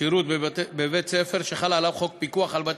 שירות בבית-ספר שחל עליו חוק פיקוח על בתי-ספר,